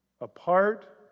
Apart